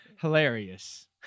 Hilarious